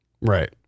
Right